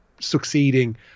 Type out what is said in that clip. succeeding